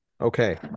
Okay